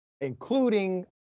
including